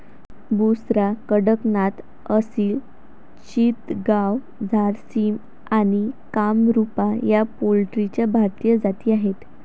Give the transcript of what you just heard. बुसरा, कडकनाथ, असिल चितगाव, झारसिम आणि कामरूपा या पोल्ट्रीच्या भारतीय जाती आहेत